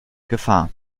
gefahr